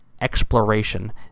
exploration